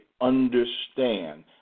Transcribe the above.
understand